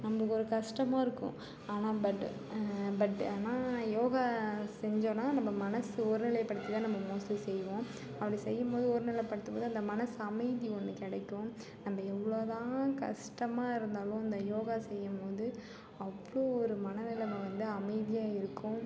நமக்கு ஒரு கஷ்டமாகருக்கும் ஆனால் பட் பட் ஆனால் யோகா செஞ்சோம்னா நம்ப மனது ஒரு நிலைப்படுத்தி தான் நம்ப மோஸ்ட்லி செய்வோம் அப்படி செய்யும் போது ஒரு நிலைப்படுத்தும்போது அந்த மனது அமைதி ஒன்று கிடைக்கும் நம்ப எவ்வளோதான் கஷ்டமாக இருந்தாலும் இந்த யோகா செய்யும்போது அவ்வளோ ஒரு மனநிலமை வந்து அமைதியாக இருக்கும்